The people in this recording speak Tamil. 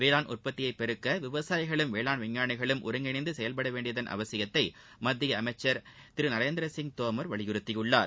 வேளாண் உற்பத்தியை பெருக்க விவசாயிகளும் வேளாண் விஞ்ஞாளிகளும் ஒருங்கிணைந்து செயல்படவேண்டியதன் அவசியத்தை மத்திய அமைச்சர் திரு நரேந்திரசிங் தோமர் வலியுறுத்தியுள்ளார்